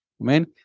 Amen